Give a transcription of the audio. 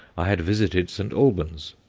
i had visited st. albans.